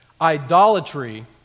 idolatry